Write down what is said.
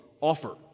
offer